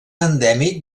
endèmic